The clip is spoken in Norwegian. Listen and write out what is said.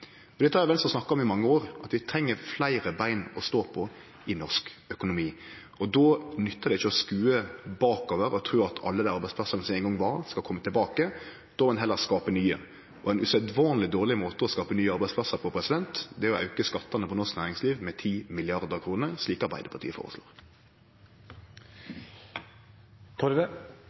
Dette har Venstre snakka om i mange år, at vi treng fleire bein å stå på i norsk økonomi. Då nyttar det ikkje å skode bakover og tru at alle dei arbeidsplassane som ein gong var, skal kome tilbake. Då må ein heller skape nye, og ein usedvanleg dårleg måte å skape nye arbeidsplassar på, er å auke skattane for norsk næringsliv med 10 mrd. kr, slik Arbeidarpartiet